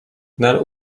nel